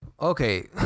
okay